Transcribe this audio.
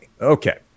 Okay